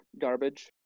garbage